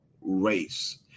race